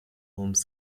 homes